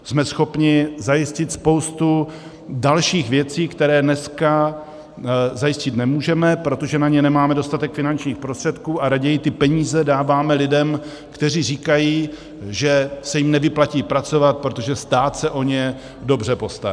Jsme schopni zajistit spoustu dalších věcí, které dnes zajistit nemůžeme, protože na ně nemáme dostatek finančních prostředků a raději ty peníze dáváme lidem, kteří říkají, že se jim nevyplatí pracovat, protože stát se o ně dobře postará.